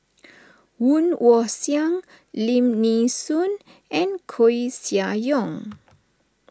Woon Wah Siang Lim Nee Soon and Koeh Sia Yong